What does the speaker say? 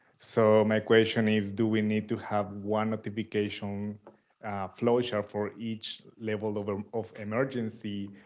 so my question is, do we need to have one notification flowchart for each level of um of emergency?